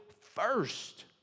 first